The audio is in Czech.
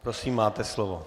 Prosím, máte slovo.